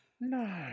No